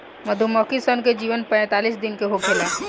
मधुमक्खी सन के जीवन पैतालीस दिन के होखेला